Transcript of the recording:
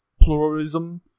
pluralism